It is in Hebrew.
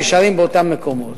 נשארים באותם מקומות.